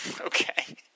Okay